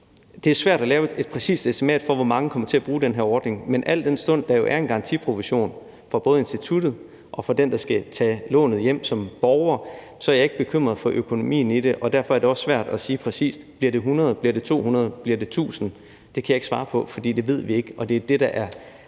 Det er svært at lave et præcist estimat for, hvor mange der kommer til at bruge den her ordning. Men al den stund at der jo er en garantiprovision fra både instituttet og for den, der skal tage lånet hjem som borger, er jeg ikke bekymret for økonomien i det, og derfor er det også svært at sige præcis, om det bliver 100, om det bliver 200, om det bliver 1.000. Det kan jeg ikke svare på, for det ved vi ikke. Det, der hele